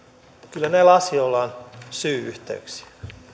kyllä näillä asioilla on syy yhteyksiä